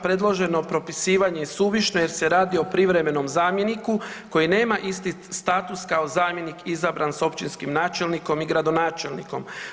Predloženo propisivanje je suvišno jer se radi o privremenom zamjeniku koji nema isti status kao zamjenik izabran s općinskim načelnikom i gradonačelnikom.